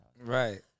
Right